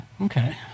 Okay